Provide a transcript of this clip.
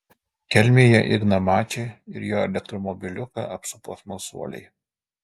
kelmėje igną mačį ir jo elektromobiliuką apsupo smalsuoliai